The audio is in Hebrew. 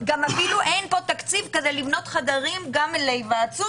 אין פה תקציב לבנות חדרים גם להיוועצות